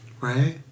right